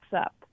up